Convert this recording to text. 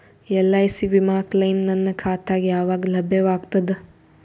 LIC ವಿಮಾ claim ನನ್ನ ಖಾತಾಗ ಯಾವಾಗ ಲಭ್ಯವಾಗತದ?